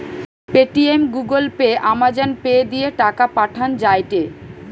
Paytm, Google Pay, Amazon Pay দিয়ে টাকা পাঠান যায়টে